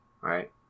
Right